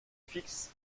fixe